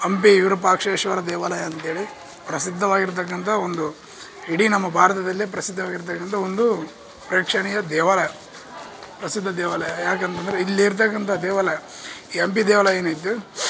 ಹಂಪಿ ವಿರೂಪಾಕ್ಷೇಶ್ವರ ದೇವಾಲಯ ಅಂಥೇಳಿ ಪ್ರಸಿದ್ಧವಾಗಿರ್ತಕಂಥ ಒಂದು ಇಡಿ ನಮ್ಮ ಭಾರತದಲ್ಲೇ ಪ್ರಸಿದ್ಧವಾಗಿರ್ತಕಂಥ ಒಂದು ಪ್ರೇಕ್ಷಣೀಯ ದೇವಾಲಯ ಪ್ರಸಿದ್ಧ ದೇವಾಲಯ ಯಾಕಂತಂದ್ರೆ ಇಲ್ಲಿ ಇರ್ತಕ್ಕಂಥ ದೇವಾಲಯ ಈ ಹಂಪಿ ದೇವಾಲಯ ಏನೈತೆ